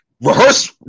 rehearse